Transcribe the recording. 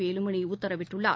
வேலுமணி உத்தரவிட்டுள்ளார்